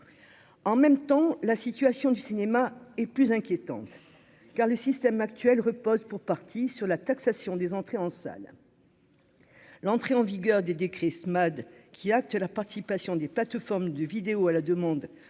en même temps la situation du cinéma et plus inquiétante car le système actuel repose pour partie sur la taxation des entrées en salle, l'entrée en vigueur des des Chris Mad qui acte la participation des plateformes de vidéo à la demande